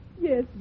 Yes